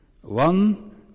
One